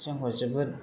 जोंखौ जोबोद